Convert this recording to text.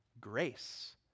grace